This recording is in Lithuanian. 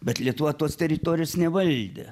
bet lietuva tos teritorijos nevaldė